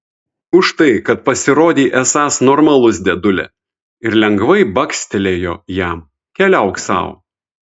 už tai kad pasirodei esąs normalus dėdulė ir lengvai bakstelėjo jam keliauk sau